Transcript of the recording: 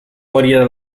morire